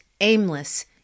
aimless